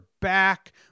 back